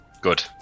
Good